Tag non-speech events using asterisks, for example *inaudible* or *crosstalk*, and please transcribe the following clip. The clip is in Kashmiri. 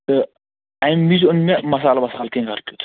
تہٕ اَمہِ وِزِ أنۍ مےٚ مصالہٕ وصالہٕ *unintelligible*